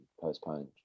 postponed